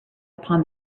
upon